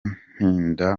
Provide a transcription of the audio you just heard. ntinda